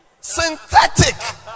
Synthetic